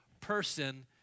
person